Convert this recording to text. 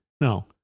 no